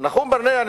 נחום ברנע,